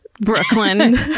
Brooklyn